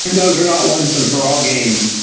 and those are not once and for all gains,